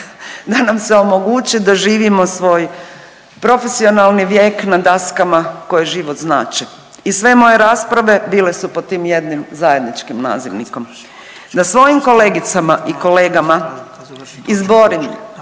da nam se omogući da živimo svoj profesionalni vijek na daskama koje život znače i sve moje rasprave bile su pod tim jednim zajedničkim nazivnikom, da svojim kolegicama i kolegama izborim